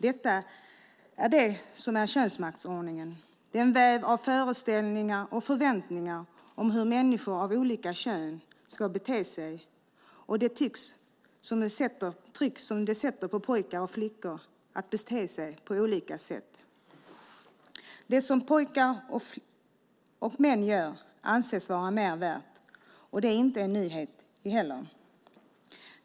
Det är detta som är könsmaktsordningen, den väv av föreställningar och förväntningar om hur människor av olika kön ska bete sig och det tryck som det sätter på pojkar och flickor att bete sig på olika sätt. Det som pojkar och män gör anses vara mer värt, och det är inte heller någon nyhet.